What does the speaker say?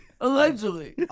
Allegedly